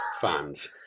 Fans